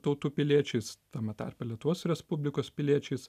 tautų piliečiais tame tarpe lietuos respublikos piliečiais